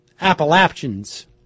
Appalachians